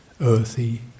earthy